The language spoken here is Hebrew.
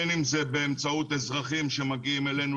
בין אם זה באמצעות אזרחים שמגיעים אלינו